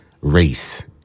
race